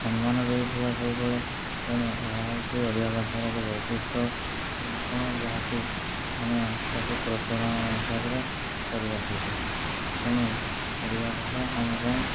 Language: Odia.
ସମ୍ମାନ ଦେଉଥିବା ସବୁବେଳେ ତେଣୁ ଏହା ହେଉଛି ଓଡ଼ିଆ ଭାଷାର ଏକ ବୈଶିଷ୍ଟ୍ୟ କ'ଣ ଯାହାକି ଆମେ ତାକୁ ପ୍ରଚଳନ ହିସାବରେ କରି ଆସୁଛୁ ତେଣୁ ଓଡ଼ିଆ ଭାଷା ଆମ ପାଇଁ